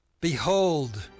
Behold